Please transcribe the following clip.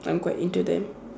I'm quite into them